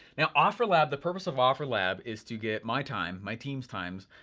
now offerlab, the purpose of offerlab is to get my time, my team's times,